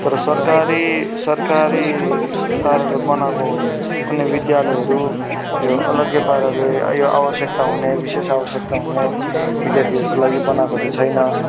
तर सरकारी सरकारी पाराले बनाएको कुनै विद्यालयहरू यो अलग्गै पाराले यो आवश्यकता हुने विशेष आवश्यकता हुने विद्यार्थीहरूको लागि बनाएको चाहिँ छैन